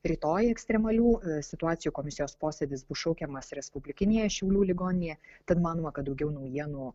rytoj ekstremalių situacijų komisijos posėdis bus šaukiamas respublikinėje šiaulių ligoninėje tad manoma kad daugiau naujienų